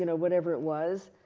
you know whatever it was.